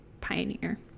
pioneer